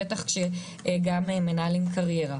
בטח כשגם מנהלים קריירה.